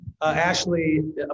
Ashley